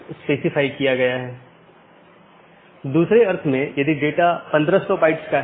एक stub AS दूसरे AS के लिए एक एकल कनेक्शन है